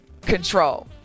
control